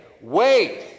wait